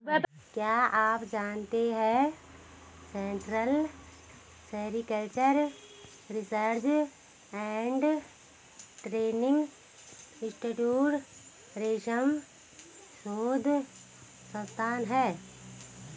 क्या आप जानते है Central Sericultural Research and Training Institute रेशम शोध संस्थान है?